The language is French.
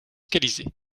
défiscalisé